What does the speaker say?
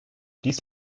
dies